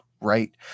right